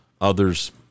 Others